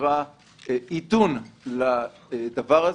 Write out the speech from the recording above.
קיטון לדבר הזה,